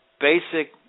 basic